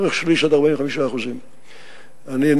אין